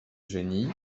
geny